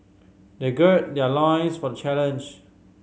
they gird their loins for challenge